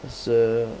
that's uh